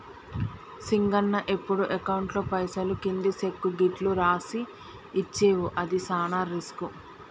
సింగన్న ఎప్పుడు అకౌంట్లో పైసలు కింది సెక్కు గిట్లు రాసి ఇచ్చేవు అది సాన రిస్కు